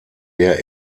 der